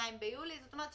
זאת אומרת,